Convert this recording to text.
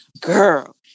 Girl